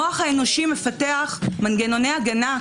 המוח האנושי מפתח מנגנוני הגנה,